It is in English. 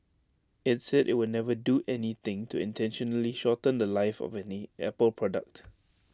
IT said IT would never do anything to intentionally shorten The Life of any Apple product